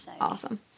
awesome